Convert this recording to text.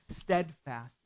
steadfast